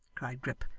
cried grip,